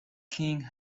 king